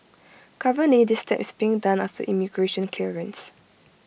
currently this step is being done after immigration clearance